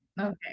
okay